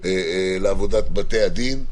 לעבודת בתי הדין,